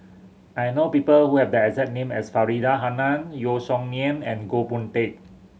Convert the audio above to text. I know people who have the exact name as Faridah Hanum Yeo Song Nian and Goh Boon Teck